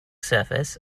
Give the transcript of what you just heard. surface